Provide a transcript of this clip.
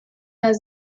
las